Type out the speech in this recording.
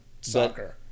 soccer